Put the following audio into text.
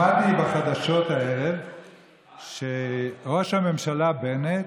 שמעתי בחדשות הערב שראש הממשלה בנט,